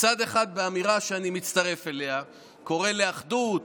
מצד אחד אמירה שאני מצטרף אליה, קורא לאחדות,